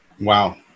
Wow